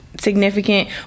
significant